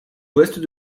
ouest